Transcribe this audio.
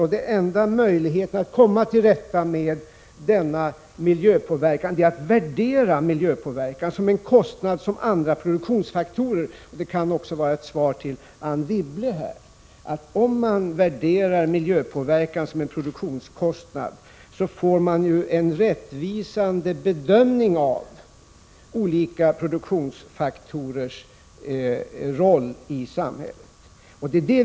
Men den enda möjligheten att komma till rätta med denna miljöpåverkan är att värdera miljöpåverkan som en kostnad som andra produktionsfaktorer. Som svar på Anne Wibbles undran kan jag säga att om man värderar miljöpåverkan som en produktionskostnad, får man en rättvisande bedömning av olika produktionsfaktorers roll i samhället.